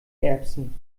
erbsen